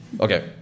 Okay